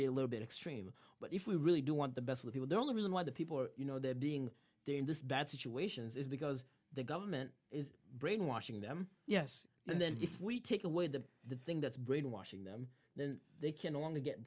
be a little bit extreme but if we really do want the best of people the only reason why the people you know they're being in this bad situations is because the government is brainwashing them yes and then if we take away the the thing that's brainwashing them then they can only get